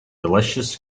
delicious